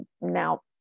now